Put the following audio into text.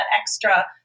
extra